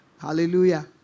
Hallelujah